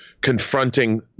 confronting